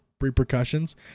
repercussions